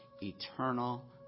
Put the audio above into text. eternal